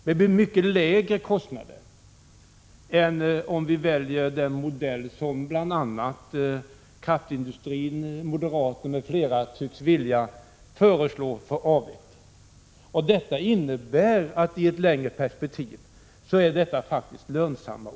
Det blir mycket lägre kostnader än om vi väljer den modell som bl.a. kraftindustrin, moderaterna m.fl. tycks vilja föreslå för avvecklingen. Detta innebär att åtgärderna i det längre perspektivet faktiskt är lönsamma.